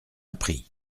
appris